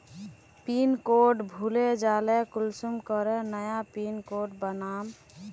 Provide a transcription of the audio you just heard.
Pin code भूले जाले कुंसम करे नया पिन कोड बनाम?